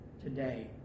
today